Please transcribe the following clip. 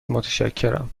متشکرم